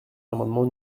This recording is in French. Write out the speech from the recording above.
l’amendement